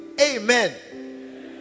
amen